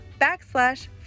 backslash